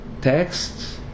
texts